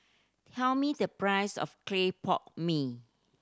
tell me the price of clay pot mee